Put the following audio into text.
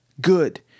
Good